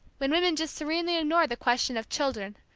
when women just serenely ignore the question of children,